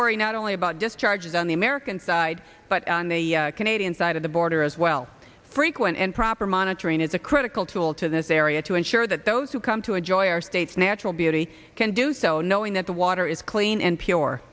worry not only about just charges on the american side but on the canadian side of the border as well frequent and proper monitoring is a critical tool to this area to ensure that those who come to a joy or states natural beauty can do so knowing that the water is clean